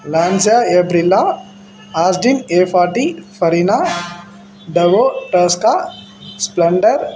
Lanza Aprilia Austin A forty Farina டவோ டாஸ்கா Splendor